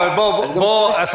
הוא אולי 20%,